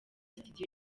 studio